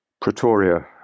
Pretoria